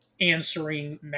answering